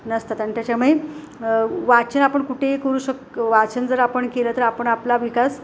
नसतात आणि त्याच्यामुळे वाचन आपण कुठेही करू शक वाचन जर आपण केलं तर आपण आपला विकास